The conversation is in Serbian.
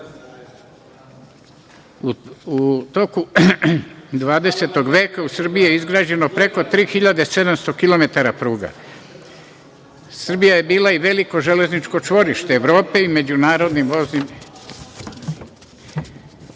U toku 20. veka u Srbiji je izgrađeno preko 3.700 kilometara pruga. Srbija je bila i veliko železničko čvorište Evrope i međunarodnim